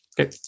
Okay